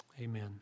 Amen